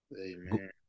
Amen